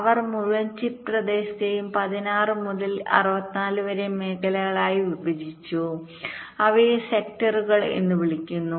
അവർ മുഴുവൻ ചിപ്പ് പ്രദേശത്തെയും 16 മുതൽ 64 വരെ മേഖലകളായി വിഭജിച്ചു അവയെ സെക്ടറുകൾ എന്ന് വിളിക്കുന്നു